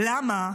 למה?